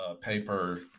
paper